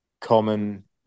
common